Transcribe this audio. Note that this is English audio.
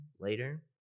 later